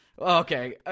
Okay